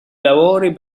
lavori